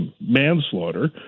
manslaughter